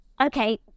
okay